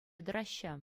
тӑраҫҫӗ